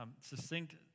succinct